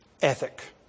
ethic